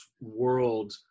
world